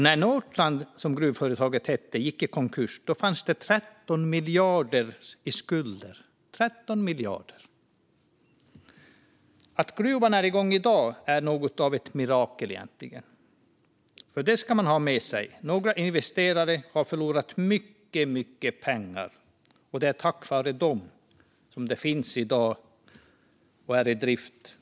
När Northland, som gruvföretaget hette, gick i konkurs fanns det 13 miljarder i skulder - 13 miljarder! Att gruvan är igång i dag är egentligen något av ett mirakel. Man ska ha med sig att några investerare har förlorat mycket pengar och att det är tack vare dem som gruvan i dag finns och är i drift.